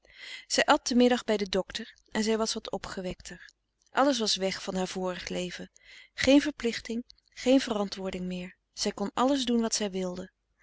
at te middag bij den docter en zij was wat opgewekter alles was weg van haar vorig leven geen frederik van eeden van de koele meren des doods verplichting geen verantwoording meer zij kon alles doen wat zij wilde